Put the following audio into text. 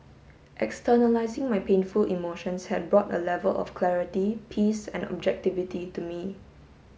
externalising my painful emotions had brought a level of clarity peace and objectivity to me